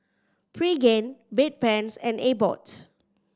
Pregain Bedpans and Abbott